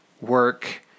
work